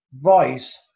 voice